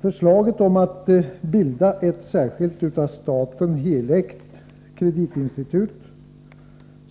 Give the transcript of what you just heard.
Förslaget om att bilda ett särskilt, av staten helägt kreditinstitut,